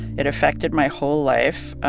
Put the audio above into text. it affected my whole life,